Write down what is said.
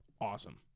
awesome